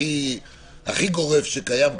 הכי גורף שקיים כרגע,